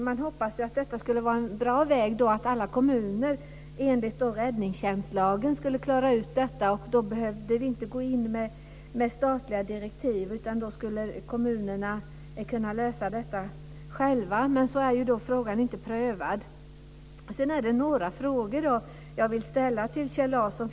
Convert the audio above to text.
Man hoppas att det skulle vara en bra väg, att alla kommuner skulle klara ut detta enligt räddningstjänstlagen. Då behövde vi inte gå in med statliga direktiv utan kommunerna skulle kunna lösa det själva. Men frågan är inte prövad. Jag vill ställa några frågor till Kjell Larsson.